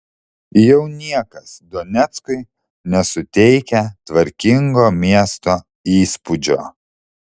jau niekas doneckui nesuteikia tvarkingo miesto įspūdžio